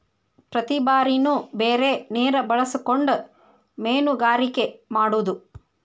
ಪ್ರತಿ ಬಾರಿನು ಬೇರೆ ನೇರ ಬಳಸಕೊಂಡ ಮೇನುಗಾರಿಕೆ ಮಾಡುದು